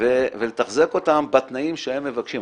ולתחזק אותם בתנאים שהם מבקשים.